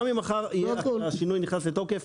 גם אם מחר השינוי נכנס לתוקף,